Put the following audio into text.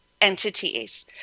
entities